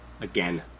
again